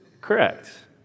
Correct